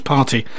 Party